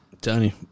Tony